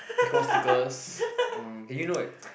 Pokemon stickers um and you know right